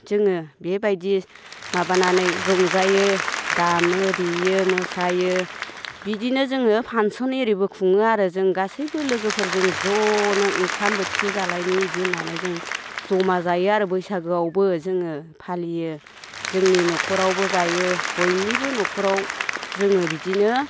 जोङो बेबायदि माबानानै रंजायो दामो देयो मोसायो बिदिनो जोङो फांसन एरिबो खुङो आरो जों गासैबो लोगोफोर जों ज'नो ओंखाम बोथिसे जालायनि इदि होननानै जों जमा जायो आरो बैसागोआवबो जोङो फालियो जोंनि न'खरावबो जायो बयनिबो न'खराव जोङो बिदिनो